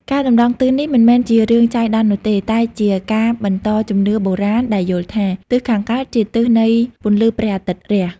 ការតម្រង់ទិសនេះមិនមែនជារឿងចៃដន្យនោះទេ តែជាការបន្តជំនឿបុរាណដែលយល់ថា ទិសខាងកើតជាទិសនៃពន្លឺព្រះអាទិត្យរះ។